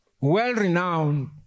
well-renowned